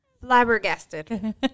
flabbergasted